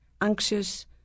anxious